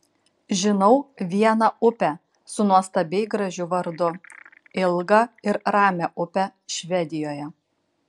žinau vieną upę su nuostabiai gražiu vardu ilgą ir ramią upę švedijoje